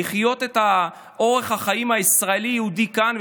לחיות את אורח החיים הישראלי-יהודי כאן,